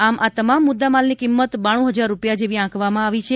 આમ આ તમામ મુદ્દામાલની કિંમત બાણું હજાર રૂપિયા જેવી આંકવામાં આવી છે